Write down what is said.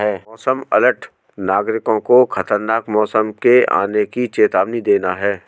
मौसम अलर्ट नागरिकों को खतरनाक मौसम के आने की चेतावनी देना है